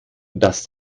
dass